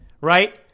right